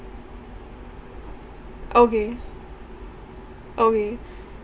okay okay